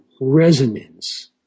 resonance